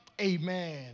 Amen